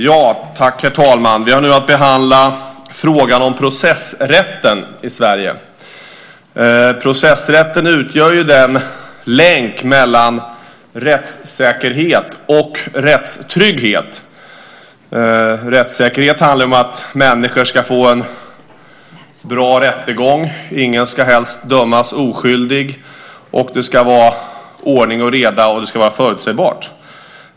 Herr talman! Vi har nu att behandla frågan om processrätten i Sverige. Processrätten utgör en länk mellan rättssäkerhet och rättstrygghet. Rättssäkerhet handlar om att människor ska få en bra rättegång. Helst ingen ska dömas oskyldig, det ska vara ordning och reda och det ska vara förutsägbart.